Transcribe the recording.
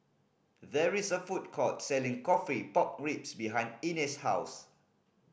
there is a food court selling coffee pork ribs behind Ines' house